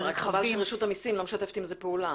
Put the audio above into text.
רק חבל שרשות המיסים לא משתפת עם זה פעולה.